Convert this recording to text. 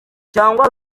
cyangwa